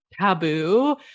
taboo